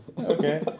Okay